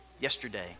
yesterday